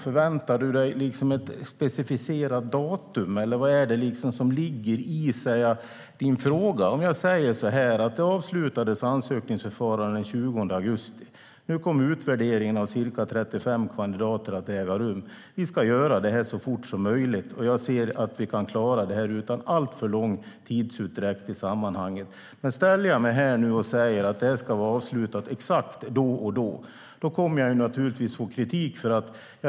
Förväntar du dig ett specificerat datum, eller vad är det som ligger i din fråga? Ansökningsförfarandet avslutades den 20 augusti. Nu kommer utvärderingen av ca 35 kandidater att äga rum. Vi ska göra det så fort som möjligt. Jag ser att vi kan klara det utan alltför lång tidsutdräkt. Men ställer jag mig här nu och säger att det ska vara avslutat exakt då och då kommer jag naturligtvis att få kritik.